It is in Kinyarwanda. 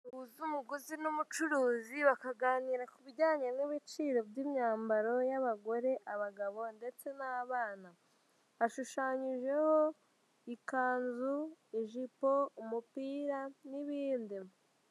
Ruhuza umuguzi n'umucuruzi bakaganira ku bijyanye n'ibiciro by'imyambaro y'abagore, abagabo ndetse n'abana. Hashushanyijeho ikanzu, ijipo, umupira n'ibindi.